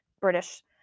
british